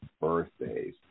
birthdays